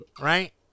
right